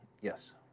Yes